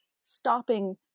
stopping